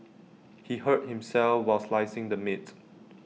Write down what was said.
he hurt himself while slicing the meat